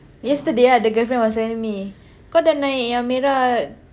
yesterday ah the girlfriend was telling me kau dah naik yang merah